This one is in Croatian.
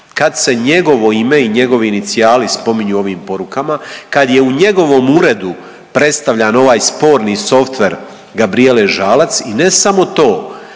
Kad se njegovo ime i njegovi inicijali spominju u ovim porukama, kad je u njegovom uredu predstavljam ovaj sporni softver Gabrijele Žalac i ne samo to,